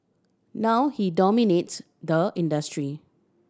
now he dominates the industry